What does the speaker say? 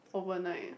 overnight